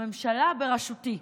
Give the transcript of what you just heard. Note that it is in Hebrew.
הממשלה בראשותי.